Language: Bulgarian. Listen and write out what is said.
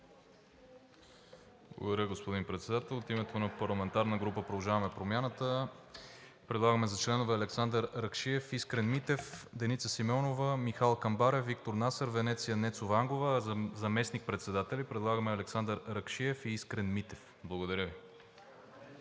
Благодаря, господин Председател. От името на парламентарната група на „Продължаваме Промяната“ предлагаме за членове: Александър Ракшиев, Искрен Митев, Деница Симеонова, Михал Камбарев, Виктор Насър, Венеция Нецова-Ангова, а за заместник-председатели предлагаме Александър Ракшиев и Искрен Митев. Благодаря Ви.